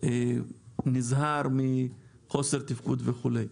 אני נזהר מחוסר תפקוד וכולי.